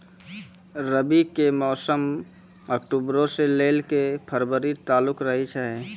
रबी के मौसम अक्टूबरो से लै के फरवरी तालुक रहै छै